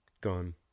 Gone